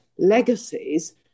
legacies